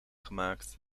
gemaakt